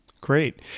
Great